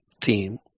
team